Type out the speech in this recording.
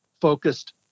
focused